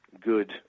good